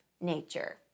nature